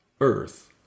Earth